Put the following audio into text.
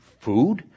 food